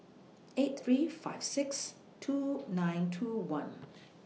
eight three five six two nine two one